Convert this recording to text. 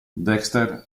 dexter